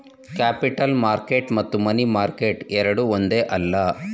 capital market ಮತ್ತು money market ಎರಡೂ ಒಂದೇ ಅಲ್ಲ